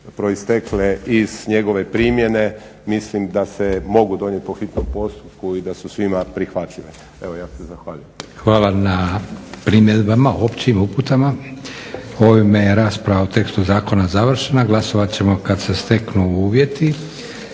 proistekle iz njegove primjene. Mislim da se mogu donijeti po hitnom postupku i da su svim prihvatljive. Evo ja se zahvaljujem. **Leko, Josip (SDP)** Hvala na primjedbama općim uputama. Ovime je rasprava o tekstu zakona završena. Glasovat ćemo kad se steknu uvjeti.